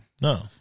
No